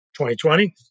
2020